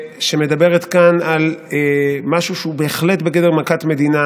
שמדברת כאן על משהו שהוא בהחלט בגדר מכת מדינה,